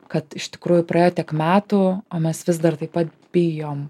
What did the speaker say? kad iš tikrųjų praėjo tiek metų o mes vis dar taip pat bijom